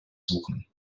suchen